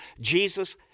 Jesus